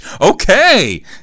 Okay